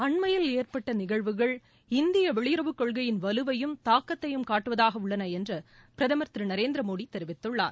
அண்மையில் ஏற்பட்ட நிகழ்வுகள் இந்திய வெளியுறவுக் கொள்கையின் வலுவையும் தாக்கத்தையும் காட்டுவதாக உள்ளன என்று பிரதமர் திரு நரேந்திரமோடி தெரிவித்துள்ளார்